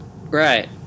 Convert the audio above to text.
Right